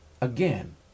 again